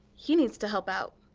he needs to help out.